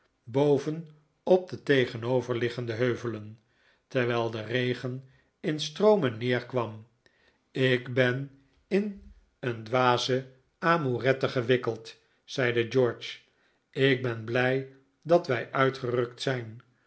boven op de tegenoverliggende heuvelen terwijl de regen in stroomen neerkwam ik ben in een dwaze amourette gewikkeld zeide george ik ben blij dat wij uitgerukt zijn